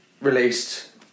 released